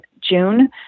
June